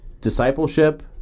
discipleship